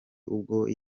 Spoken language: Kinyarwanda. ubwe